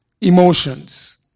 emotions